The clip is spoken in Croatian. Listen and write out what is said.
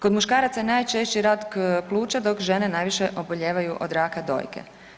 Kod muškaraca je najčešći rak pluća, dok žene najviše obolijevaju od raka dojke.